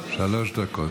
שלוש דקות.